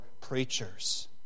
preachers